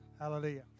Hallelujah